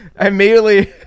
Immediately